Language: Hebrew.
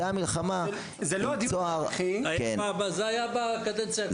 זה המלחמה עם צהר --- זה לא --- זה בקדנציה הקודמת.